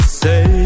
say